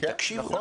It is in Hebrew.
תקשיבו לו,